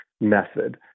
method